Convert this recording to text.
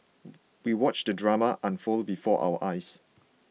we watched the drama unfold before our eyes